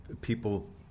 people